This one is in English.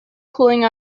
cooling